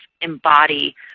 embody